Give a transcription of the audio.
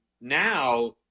now